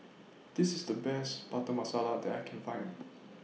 This IS The Best Butter Masala that I Can Find